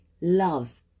love